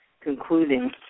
concluding